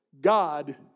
God